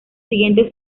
siguientes